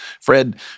Fred